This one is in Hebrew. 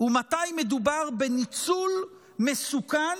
ומתי מדובר בניצול מסוכן,